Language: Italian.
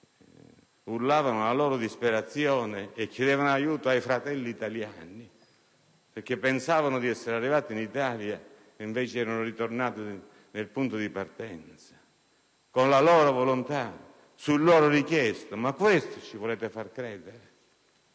urlavano la loro disperazione e chiedevano aiuto ai fratelli italiani, perché pensavano di essere arrivati in Italia e invece erano tornati al punto di partenza. Di loro volontà? Su loro richiesta? Ma questo ci volete far credere?